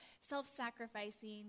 self-sacrificing